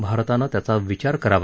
भारतानं त्याचा विचार करावा